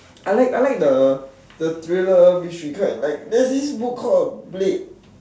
I like I like the the thriller mystery kind there's this book called blade